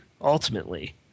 ultimately